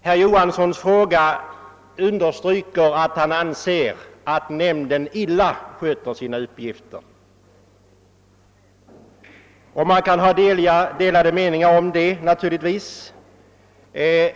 Herr Johansson i Skärstad understryker genom sin fråga att han anser att nämnden illa sköter sina åligganden. Naturligtvis kan man ha delade meningar om detta.